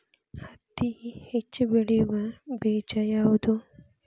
ಹತ್ತಿ ಹೆಚ್ಚ ಬೆಳೆಯುವ ಬೇಜ ಯಾವುದು?